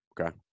Okay